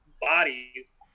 bodies